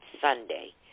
Sunday